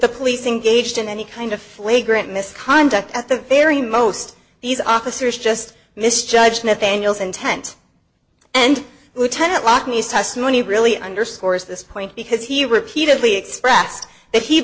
the policing gauged in any kind of flagrant misconduct at the very most these officers just misjudged nathaniel's intent and ten o'clock news testimony really underscores this point because he repeatedly expressed that he